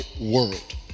world